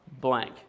blank